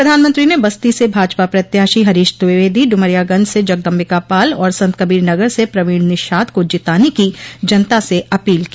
प्रधानमंत्री ने बस्ती से भाजपा प्रत्याशी हरीश द्विवेदी डुमरियागंज से जगदम्बिका पाल और संतकबीर नगर से प्रवीण निषाद को जिताने की जनता से अपील की